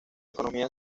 economía